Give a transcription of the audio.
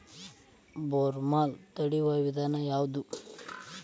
Bollworm ತಡಿಯು ವಿಧಾನ ಯಾವ್ದು?